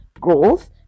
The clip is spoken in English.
growth